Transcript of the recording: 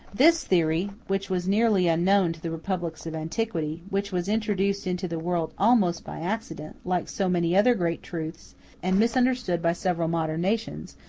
this theory, which was nearly unknown to the republics of antiquity which was introduced into the world almost by accident, like so many other great truths and misunderstood by several modern nations,